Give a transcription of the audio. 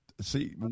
See